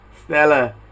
Stella